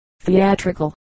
theatrical